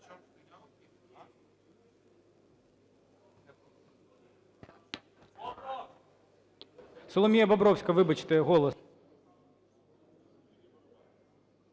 Соломія Бобровська, вибачте, "Голос".